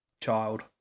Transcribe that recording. Child